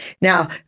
Now